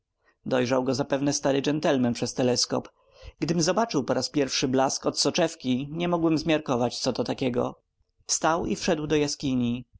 dojrzał go zapewne stary gentleman przez teleskop gdym zobaczył po raz pierwszy blask od soczewki nie mogłem zmiarkować co to takiego wstał i wszedł do jaskini